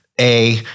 A-